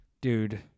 Dude